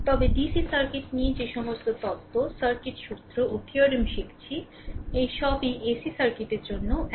তবে D C circuit নিয়ে যে সমস্ত তত্ত্ব সার্কিট সূত্র ও থিয়রেম শিখছি এই সব এসি সারকিটের জন্যও এক